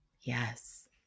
Yes